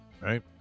Right